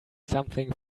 something